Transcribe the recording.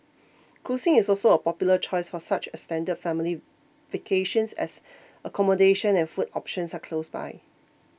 cruising is also a popular choice for such extended family vacations as accommodation and food options are close by